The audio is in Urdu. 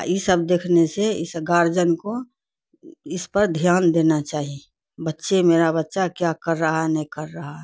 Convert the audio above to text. ای سب دیکھنے سے اس گارجن کو اس پر دھیان دینا چاہیے بچے میرا بچہ کیا کر رہا ہے نہیں کر رہا ہے